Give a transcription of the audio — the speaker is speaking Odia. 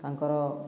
ତାଙ୍କର